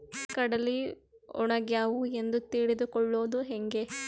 ಕಡಲಿ ಒಣಗ್ಯಾವು ಎಂದು ತಿಳಿದು ಕೊಳ್ಳೋದು ಹೇಗೆ?